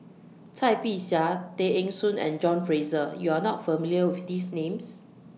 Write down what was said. Cai Bixia Tay Eng Soon and John Fraser YOU Are not familiar with These Names